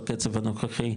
בקצב הנוכחי,